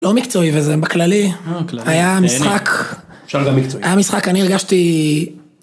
לא מקצועי וזה בכללי היה משחק... אפשר גם מקצועי. היה משחק... אני הרגשתי.